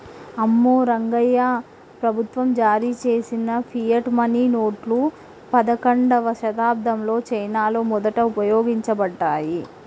అమ్మో రంగాయ్యా, ప్రభుత్వం జారీ చేసిన ఫియట్ మనీ నోట్లు పదకండవ శతాబ్దంలో చైనాలో మొదట ఉపయోగించబడ్డాయి